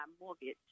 mortgage